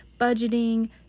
budgeting